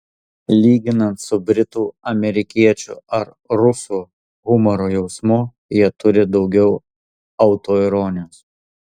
lyginant su britų amerikiečių ar rusų humoro jausmu jie turi daugiau autoironijos